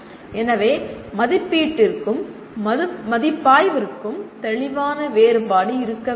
எனவே மதிப்பீட்டிற்கும் மதிப்பாய்வுற்கும் தெளிவான வேறுபாடு இருக்க வேண்டும்